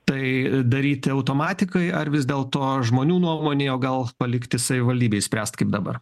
tai daryti automatikai ar vis dėlto žmonių nuomonei o gal palikti savivaldybei spręst kaip dabar